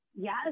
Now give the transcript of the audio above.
Yes